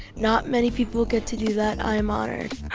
not many people get to do that. i'm honored.